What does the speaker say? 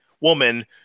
woman